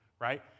right